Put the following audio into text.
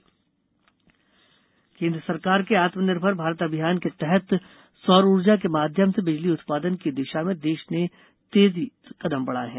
आत्मनिर्भर भारत अभियान केन्द्र सरकार के आत्मनिर्भर भारत अभियान के तहत सौर ऊर्जा के माध्यम से बिजली उत्पादन की दिशा में देश ने तेजी कदम बढ़ाए हैं